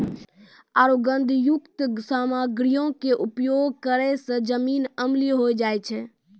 आरु गंधकयुक्त सामग्रीयो के उपयोग करै से जमीन अम्लीय होय जाय छै